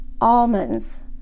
almonds